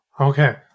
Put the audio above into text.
Okay